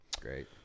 Great